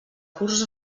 curs